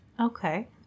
Okay